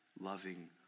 loving